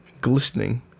glistening